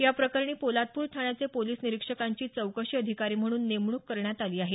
या प्रकरणी पोलादपूर ठाण्याचे पोलीस निरिक्षकांची चौकशी अधिकारी म्हणून नेमणूक करण्यात आली आहे